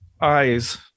eyes